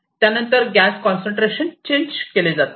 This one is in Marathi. त्यानंतर गॅस कॉन्सन्ट्रेशन चेंज केले जाते